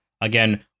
Again